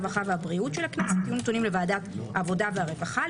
הרווחה והבריאות של הכנסת יהיו נתונים לוועדת העבודה והרווחה של הכנסת,